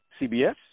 CBS